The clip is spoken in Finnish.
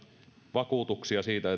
vakuutuksia siitä